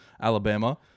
Alabama